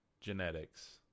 genetics